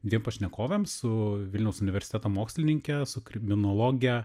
dviem pašnekovėm su vilniaus universiteto mokslininke su kriminologe